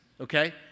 Okay